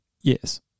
Yes